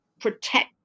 protect